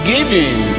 giving